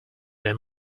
than